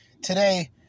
Today